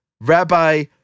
Rabbi